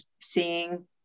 seeing